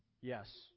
Yes